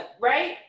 right